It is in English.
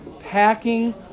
packing